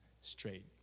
straight